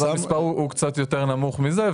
אז המספר הוא קצת יותר נמוך מזה,